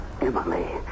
Emily